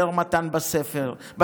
יותר מתן בסתר,